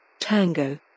Tango